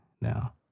now